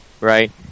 right